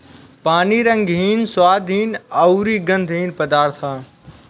पानी रंगहीन, स्वादहीन अउरी गंधहीन पदार्थ ह